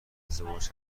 ازدواج